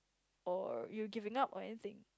or you're giving up or anything